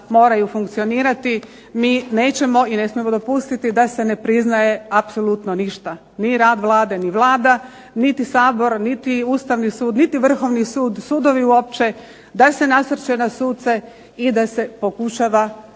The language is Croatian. moraju funkcionirati. Mi nećemo i ne smijemo dopustiti da se ne priznaje apsolutno ništa, ni rad Vlade, ni Vlada, niti Sabor, niti Ustavni sud, niti Vrhovni sud, sudovi uopće, da se nasrće na suce i da se pokušava